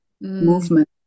movement